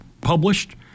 published